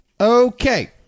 Okay